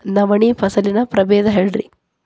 ನವಣಿ ಫಸಲಿನ ಪ್ರಭೇದ ಹೇಳಿರಿ